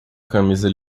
camisa